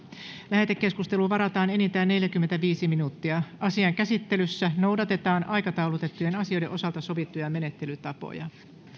lähetekeskusteluun varataan enintään neljäkymmentäviisi minuuttia asian käsittelyssä noudatetaan aikataulutettujen asioiden osalta sovittuja menettelytapoja